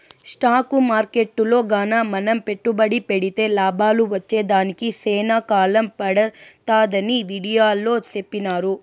stock మార్కెట్టులో గాన మనం పెట్టుబడి పెడితే లాభాలు వచ్చేదానికి సేనా కాలం పడతాదని వీడియోలో సెప్పినారు